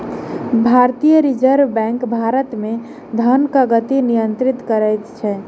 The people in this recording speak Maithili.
भारतीय रिज़र्व बैंक भारत मे धनक गति नियंत्रित करैत अछि